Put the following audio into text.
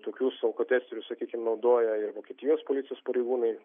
tokius alkotesterius sakykim naudoja ir vokietijos policijos pareigūnai